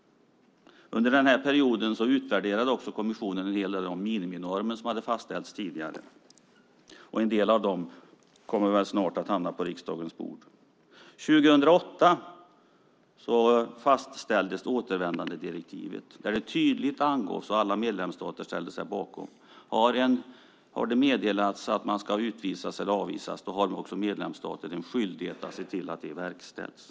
Under den här perioden utvärderade kommissionen en hel del av tidigare fastställda miniminormer. En del av dem hamnar väl snart på riksdagens bord. År 2008 fastställdes återvändandedirektivet som alla medlemsstater ställde sig bakom. Där det tydligt meddelats om utvisning eller avvisning har medlemsstaten en skyldighet att se till att den verkställs.